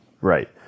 Right